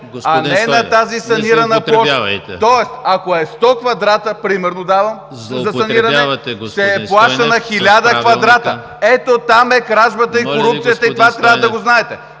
ДРАГОМИР СТОЙНЕВ: … Тоест, ако е 100 квадрата – пример давам, за саниране, се плаща на 1000 квадрата. Ето там е кражбата и корупцията, и това трябва да го знаете!